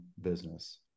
business